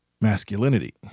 masculinity